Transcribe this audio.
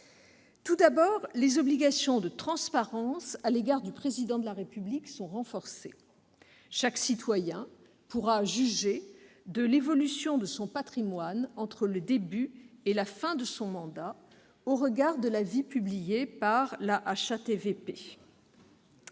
Premièrement, les obligations de transparence pesant sur le Président de la République sont renforcées. Chaque citoyen pourra juger de l'évolution de son patrimoine entre le début et la fin de son mandat, au regard de l'avis publié par la Haute